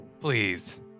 Please